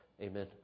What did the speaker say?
Amen